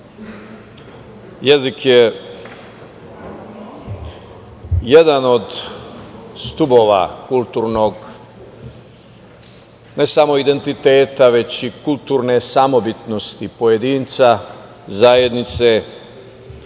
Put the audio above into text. jezik je jedan od stubova kulturnog, ne samo identiteta, već i kulturne samobitnosti pojedinca, zajednice